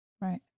right